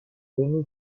demi